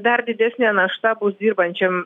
dar didesnę našta bus dirbančiam